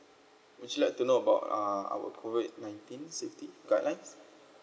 would you like to know about uh our COVID nineteen safety guidelines